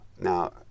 Now